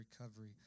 recovery